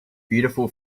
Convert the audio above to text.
beautiful